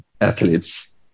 athletes